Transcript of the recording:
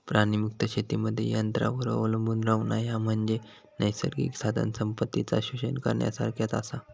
प्राणीमुक्त शेतीमध्ये यंत्रांवर अवलंबून रव्हणा, ह्या म्हणजे नैसर्गिक साधनसंपत्तीचा शोषण करण्यासारखाच आसा